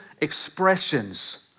expressions